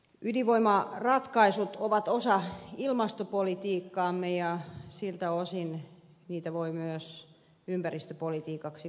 ydinvoimaratkaisut ovat osa ilmastopolitiikkaamme ja siltä osin niitä voi myös ympäristöpolitiikaksi kutsua